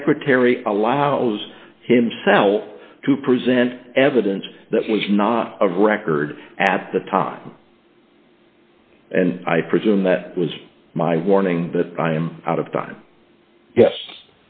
secretary allows himself to present evidence that was not of record at the time and i presume that was my warning but i am out of time yes